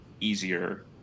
easier